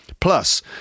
Plus